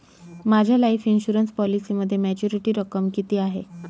माझ्या life insurance पॉलिसीमध्ये maturity रक्कम किती आहे?